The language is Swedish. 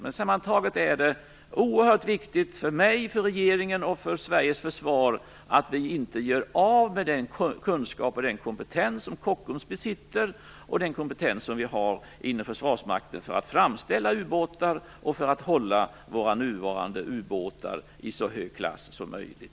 Men sammantaget är det oerhört viktigt för mig, för regeringen och för Sveriges försvar att vi inte gör av med den kunskap och den kompetens som Kockums besitter och den kompetens som vi har inom Försvarsmakten för att framställa ubåtar och för att hålla våra nuvarande ubåtar i så hög klass som möjligt.